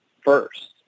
first